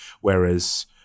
whereas